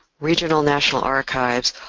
regional national archives